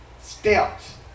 steps